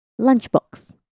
Lunchbox